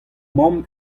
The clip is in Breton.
mamm